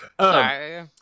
Sorry